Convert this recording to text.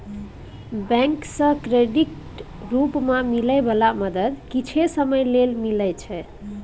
bank सँ क्रेडिटक रूप मे मिलै बला मदद किछे समय लेल मिलइ छै